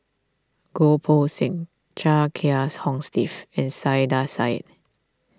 Goh Poh Seng Chia Kiah's Hong Steve and Saiedah Said